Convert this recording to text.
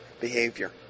behavior